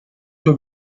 suo